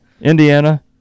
Indiana